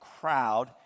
crowd